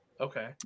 Okay